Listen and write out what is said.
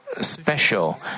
special